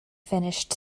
finished